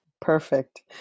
Perfect